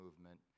movement